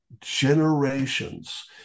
generations